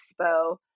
expo